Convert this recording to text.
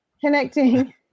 Connecting